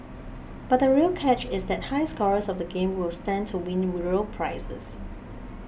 but the real catch is that high scorers of the game will stand to win real prizes